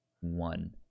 one